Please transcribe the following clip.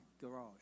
garage